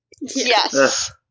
Yes